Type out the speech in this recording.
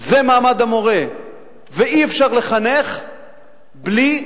זה מעמד המורה ואי-אפשר לחנך בלי,